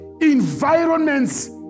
Environments